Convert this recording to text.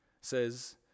Says